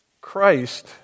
Christ